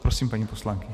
Prosím, paní poslankyně.